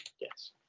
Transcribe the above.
Yes